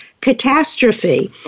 catastrophe